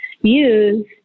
use